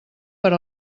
per